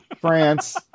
France